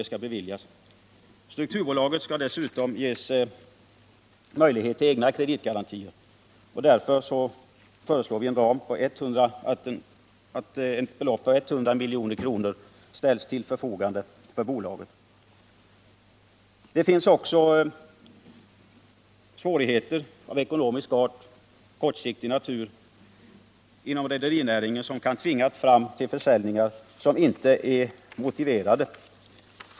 Strukturbolaget skall dessutom ges möjlighet till egna kreditgarantier, och därför föreslår vi att ett belopp på 100 milj.kr. ställs till bolagets förfogande. Det finns också inom rederinäringen ekonomiska svårigheter av kortsiktig natur, som kan tvinga fram försäljningar som inte är motiverade.